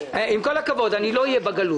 עם כל הכבוד, אני לא אהיה בגלות.